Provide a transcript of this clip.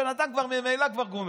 הבן אדם כבר ממילא כבר גומר,